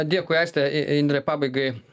dėkui aiste i indre pabaigai